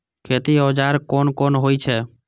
खेती औजार कोन कोन होई छै?